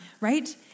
right